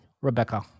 Rebecca